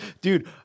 dude